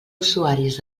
usuaris